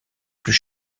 plus